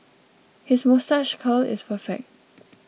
his moustache curl is perfect